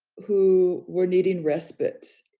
who were needing respite.